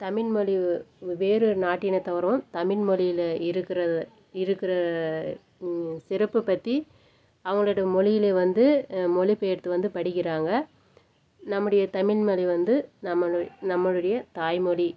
தமிழ்மொழி வேறு நாட்டினத்தவரும் தமிழ்மொழியில் இருக்கிற இருக்கிற சிறப்பு பற்றி அவங்களோட மொழியில் வந்து மொழிபெயர்த்து வந்து படிக்கிறாங்க நம்முடைய தமிழ்மொழி வந்து நம்ம நம்மளுடைய தாய்மொழி